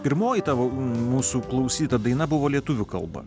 pirmoji tavo mūsų klausyta daina buvo lietuvių kalba